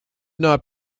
not